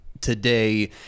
today